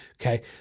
okay